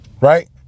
right